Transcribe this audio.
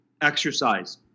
exercise